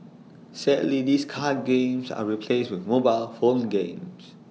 sadly these card games are replaced with mobile phone games